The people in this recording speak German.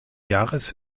jahres